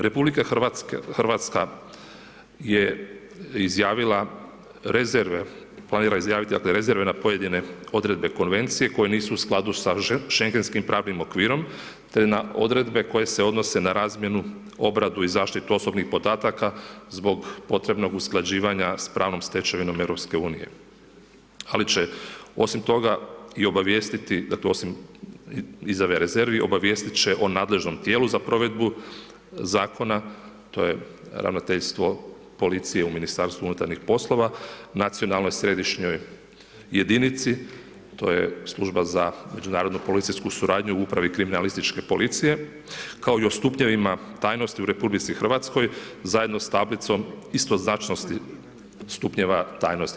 RH je izjavila rezerve, planira izjaviti dakle rezerve na pojedine odredbe Konvencije koje nisu u skladu sa schengenskim pravnim okvirom te na odredbe koje se odnose na razmjenu , obradu i zaštitu osobnih podataka zbog potrebnog usklađivanja sa pravnom stečevinom EU-a ali će osim toga i obavijestiti, dakle osim izjave rezervi, obavijestit će o nadležnom tijelu za provedbu zakona, to je Ravnateljstvo policije u MUP-u, nacionalnoj središnjoj jedinici, to je Služba za međunarodnu policijsku suradnju u upravi kriminalističke policije kao i o stupnjevima tajnosti u RH zajedno s tablicom istoznačnosti stupnjeva tajnosti.